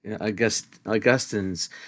Augustine's